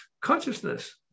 consciousness